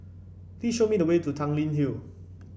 please show me the way to Tanglin Hill